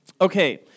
Okay